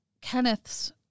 Kenneth's